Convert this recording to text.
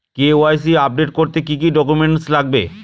KYC update করতে কি কি ডকুমেন্টস লাগবে?